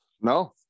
No